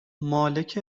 مالک